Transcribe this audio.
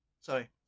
sorry